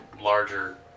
larger